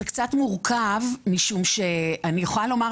זה קצת מורכב משום שאני יכולה לומר,